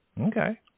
Okay